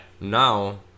Now